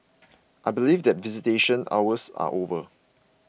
I believe that visitation hours are over